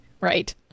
Right